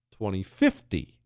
2050